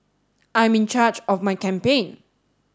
I'm in charge of my campaign